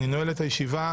אני נועל את הישיבה.